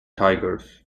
tigers